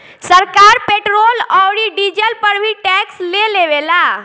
सरकार पेट्रोल औरी डीजल पर भी टैक्स ले लेवेला